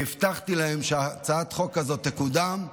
הבטחתי להם שהצעת החוק הזאת תקודם,